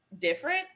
different